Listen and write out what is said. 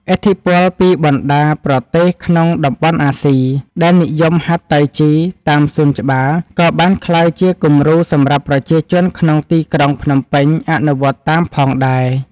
ឥទ្ធិពលពីបណ្ដាប្រទេសក្នុងតំបន់អាស៊ីដែលនិយមហាត់តៃជីតាមសួនច្បារ ក៏បានក្លាយជាគំរូសម្រាប់ប្រជាជនក្នុងទីក្រុងភ្នំពេញអនុវត្តតាមផងដែរ។